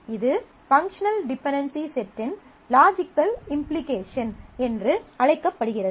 இது functional dependency செட்டின் logical implication என்று அழைக்கப்படுகிறது